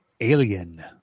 Alien